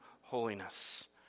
holiness